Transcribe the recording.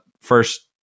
first